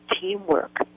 teamwork